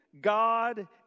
God